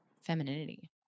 femininity